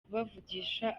kubavugisha